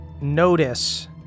notice